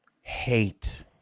Hate